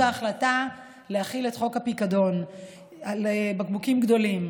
ההחלטה להחיל את חוק הפיקדון על בקבוקים גדולים,